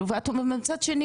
מצד שני,